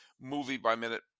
movie-by-minute